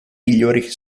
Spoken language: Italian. migliori